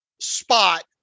spot